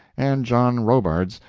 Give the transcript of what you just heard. and john robards,